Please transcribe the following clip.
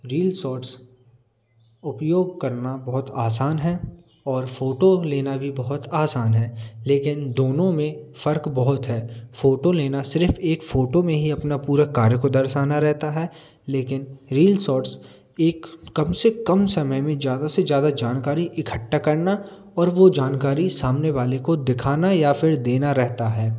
reel shorts उपयोग करना बहुत आसान है और फोटो लेना भी बहुत आसान है लेकिन दोनों में फर्क बहुत है फोटो लेना सिर्फ एक फोटो में ही अपना पूरा कार्य को दर्शना रहता है लेकिन रील शॉर्ट्स एक कम से कम समय में ज़्यादा से ज़्यादा जानकारी इकट्ठा करना और और वो जानकारी सामने वाले को दिखाना या फिर देना रहता है